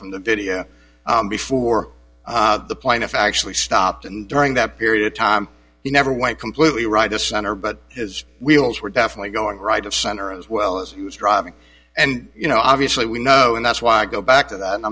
from the video before the plaintiff actually stopped and during that period of time he never went completely right to center but his wheels were definitely going right of center as well as he was driving and you know obviously we know and that's why i go back to that